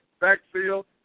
backfield